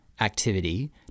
Activity